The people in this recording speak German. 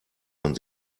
man